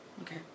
Okay